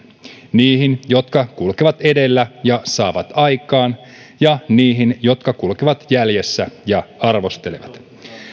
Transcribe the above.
niihin jotka kulkevat edellä ja saavat aikaan ja niihin jotka kulkevat jäljessä ja arvostelevat